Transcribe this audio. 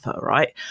right